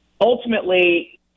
Ultimately